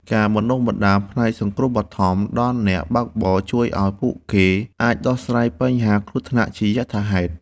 ការបណ្តុះបណ្តាលផ្នែកសង្គ្រោះបឋមដល់អ្នកបើកបរជួយឱ្យពួកគេអាចដោះស្រាយបញ្ហាគ្រោះថ្នាក់ជាយថាហេតុ។